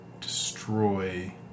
destroy